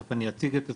תיכף אני אציג את עצמי,